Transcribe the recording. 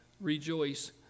rejoice